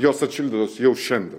jos atšildytos jau šiandien